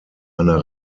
einer